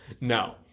No